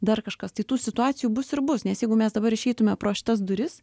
dar kažkas tai tų situacijų bus ir bus nes jeigu mes dabar išeitume pro šitas duris